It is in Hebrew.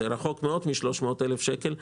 זה רחוק מאוד מ-300,000 שקל,